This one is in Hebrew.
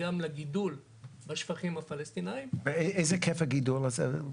גם לגידול בשפכים הפלסטינאים --- איזה היקף הגידול הזה?